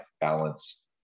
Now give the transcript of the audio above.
balance